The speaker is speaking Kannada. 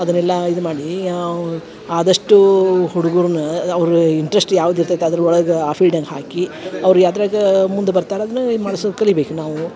ಅದರೆಲ್ಲ ಇದು ಮಾಡಿ ಆದಷ್ಟು ಹುಡ್ಗುರನ್ನ ಅವ್ರ ಇಂಟ್ರೆಸ್ಟ್ ಯಾವ್ದು ಇರ್ತೈತಿ ಅದ್ರ ಒಳಗೆ ಆ ಫೀಲ್ಡಂಗ್ ಹಾಕಿ ಅವ್ರ ಯಾವ್ದ್ರಾಗ ಮುಂದೆ ಬರ್ತಾರೆ ಅದನ್ನ ಇದು ಮಾಡ್ಸೋದು ಕಲಿಬೇಕು ನಾವು